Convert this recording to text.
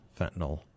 Fentanyl